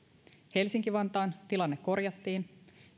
helsinki vantaan tilanne korjattiin